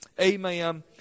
amen